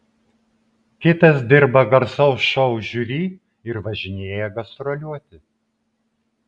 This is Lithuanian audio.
kitas dirba garsaus šou žiuri ir važinėja gastroliuoti